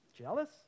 Jealous